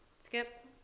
Skip